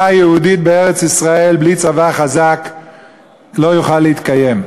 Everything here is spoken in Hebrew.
יהודית בארץ-ישראל בלי צבא חזק לא תוכל להתקיים.